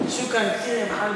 שוכראן כת'יר, יא מעלמי.